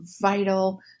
vital